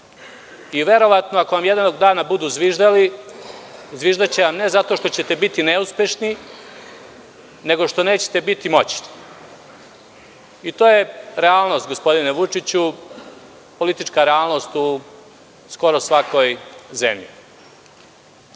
Verovatno ako vam jednog dana budu zviždali, zviždaće vam ne zato što ćete biti neuspešni, nego što nećete biti moćni. To je realnost, gospodine Vučiću, politička realnost u skoro svakoj